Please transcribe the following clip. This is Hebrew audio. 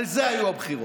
על זה היו הבחירות.